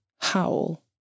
howl